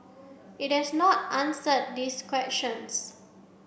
it has not answered these questions